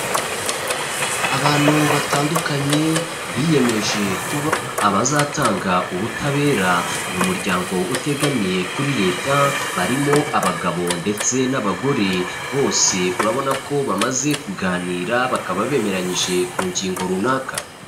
Abantu batandukanye biyemeje kuba abazatanga ubutabera, ni umuryango utegamiye kuri Leta, barimo abagabo ndetse n'abagore, bose urabona ko bamaze kuganira bakaba bemeranyije ku ngingo runaka.